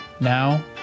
Now